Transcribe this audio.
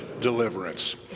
deliverance